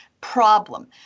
problem